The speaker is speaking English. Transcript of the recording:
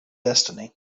destiny